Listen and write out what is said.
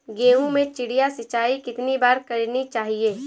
गेहूँ में चिड़िया सिंचाई कितनी बार करनी चाहिए?